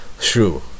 True